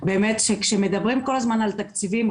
באמת כשמדברים כל הזמן על תקציבים,